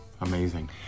amazing